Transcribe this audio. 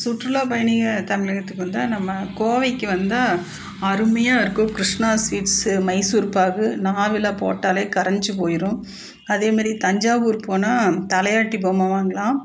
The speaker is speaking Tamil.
சுற்றுலா பயணிகள் தமிழகத்துக்கு வந்தால் நம்ப கோவைக்கு வந்தால் அருமையாக இருக்கும் கிருஷ்ணா சுவீட்ஸு மைசூர் பாக்கு நாவில் போட்டாலே கரைஞ்சி போயிரும் அதே மாரி தஞ்சாவூர் போனால் தலையாட்டி பொம்மை வாங்கலாம்